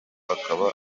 akaba